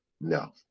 No